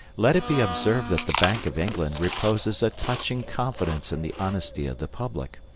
let it be observed that the bank of england reposes a touching confidence in the honesty of the public.